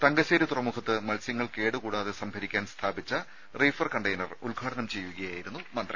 തങ്കശ്ശേരി തുറമുഖത്ത് മത്സ്യങ്ങൾ കേടുകൂടാതെ സംഭരിക്കാൻ സ്ഥാപിച്ച റീഫർ കണ്ടെയ്നർ ഉദ്ഘാടനം ചെയ്യുകയായിരുന്നു മന്ത്രി